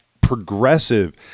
progressive